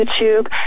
YouTube